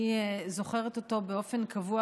אני זוכרת אותו באופן קבוע,